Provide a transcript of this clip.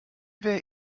wäre